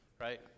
right